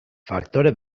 faktore